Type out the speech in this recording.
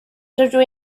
rydw